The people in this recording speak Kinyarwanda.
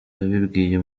yabibwiye